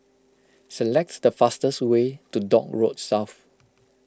select the fastest way to Dock Road South